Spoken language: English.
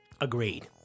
agreed